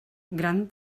gran